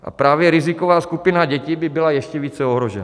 A právě riziková skupina dětí by byla ještě více ohrožena.